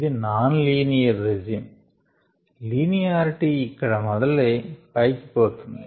ఇది non linear regime linearity ఇక్కడ మొదలై పైకి పొతొంది